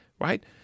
right